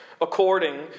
according